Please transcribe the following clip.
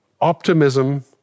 optimism